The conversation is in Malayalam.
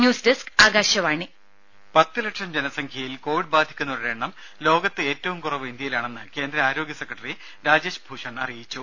ന്യൂസ് ഡെസ്ക് ആകാശവാണി രേര പത്ത് ലക്ഷം ജനസംഖ്യയിൽ കോവിഡ് ബാധിക്കുന്നവരുടെ എണ്ണം ലോകത്ത് ഏറ്റവും കുറവ് ഇന്ത്യയിലാണെന്ന് കേന്ദ്ര ആരോഗ്യ സെക്രട്ടറി രാജേഷ് ഭൂഷൺ അറിയിച്ചു